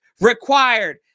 required